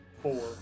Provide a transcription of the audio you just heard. four